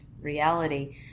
reality